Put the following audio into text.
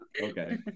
okay